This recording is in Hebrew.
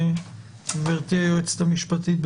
גברתי היועצת המשפטית,